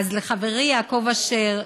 אז לחברי יעקב אשר,